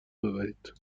ببرید